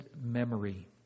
memory